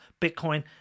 Bitcoin